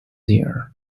year